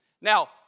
Now